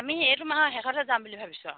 আমি এইটো মাহৰ শেষতে যাম বুলি ভাবিছোঁ